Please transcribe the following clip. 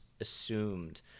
assumed